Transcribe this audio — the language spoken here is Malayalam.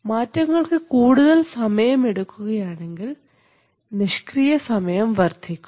മാറ്റങ്ങൾക്ക് കൂടുതൽ സമയം എടുക്കുകയാണെങ്കിൽ നിഷ്ക്രിയ സമയം വർദ്ധിക്കും